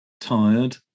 tired